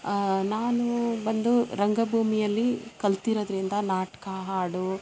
ಆ ನಾನು ಬಂದು ರಂಗಭೂಮಿಯಲ್ಲಿ ಕಲ್ತಿರೋದರಿಂದ ನಾಟಕ ಹಾಡು